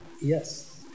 Yes